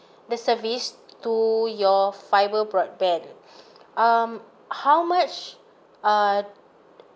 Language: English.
the service to your fibre broadband um how much uh